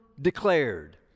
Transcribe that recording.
declared